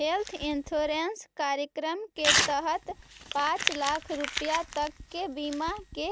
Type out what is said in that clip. health insurance कार्यक्रम के तहत पांच लाख रुपया तक के बीमा के